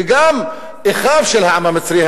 וגם אחיו של העם המצרי,